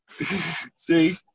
see